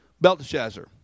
Belteshazzar